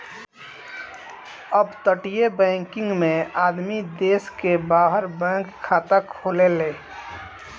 अपतटीय बैकिंग में आदमी देश के बाहर बैंक खाता खोलेले